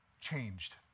changed